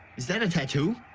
is that a tattoo?